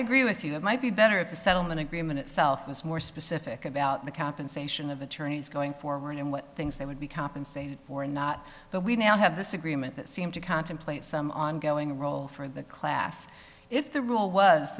agree with you it might be better it's a settlement agreement itself was more specific about the compensation of attorneys going forward and what things they would be compensated for not that we now have this agreement that seem to contemplate some ongoing role for the class if the rule was